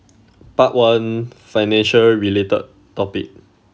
part one financial related topic